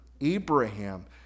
Abraham